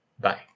Bye